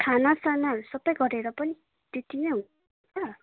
खाना सानाहरू सबै गरेर पनि त्यति नै हुन्छ